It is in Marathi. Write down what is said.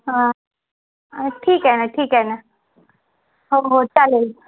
ठीक आहे ठीक आहे ना हो हो चालेल